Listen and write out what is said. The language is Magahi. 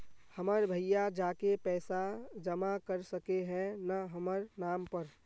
हमर भैया जाके पैसा जमा कर सके है न हमर नाम पर?